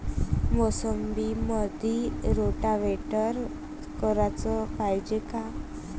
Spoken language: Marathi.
मोसंबीमंदी रोटावेटर कराच पायजे का?